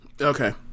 Okay